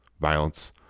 Violence